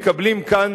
מקבלים כאן,